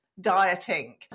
dieting